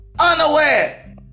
unaware